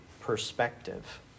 perspective